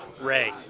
Ray